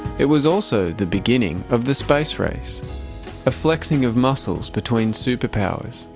it was also the beginning of the space race a flexing of muscles between superpowers,